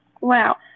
Wow